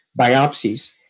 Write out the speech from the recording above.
biopsies